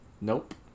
Nope